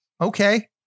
Okay